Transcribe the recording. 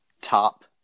top